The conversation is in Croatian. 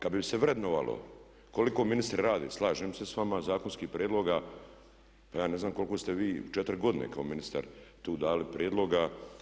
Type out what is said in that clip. Kad bi se vrednovalo koliko ministri rade, slažem se s vama, zakonskih prijedloga pa ja ne znam koliko ste vi u 4 godine kao ministar tu dali prijedloga?